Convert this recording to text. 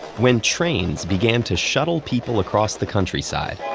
when trains began to shuttle people across the coutryside,